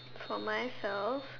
for myself